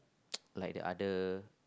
like the other